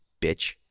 bitch